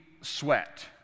sweat